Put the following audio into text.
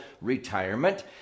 retirement